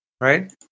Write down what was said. right